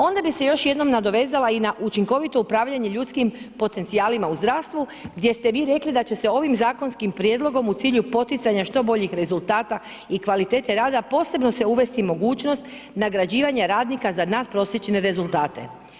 Ovdje bi se još jednom nadovezala i na učinkovito upravljanje ljudskim potencijalima u zdravstvu, gdje ste vi rekli da će se ovim zakonskim prijedlogom u cilju poticanja što boljih rezultata i kvalitete rada posebno se uvesti mogućnost nagrađivanja radnika za natprosječne rezultate.